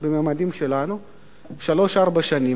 ארוכה, כשלוש-ארבע שנים.